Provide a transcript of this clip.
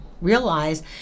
realize